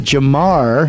Jamar